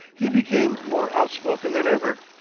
he became more outspoken than ever.